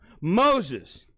Moses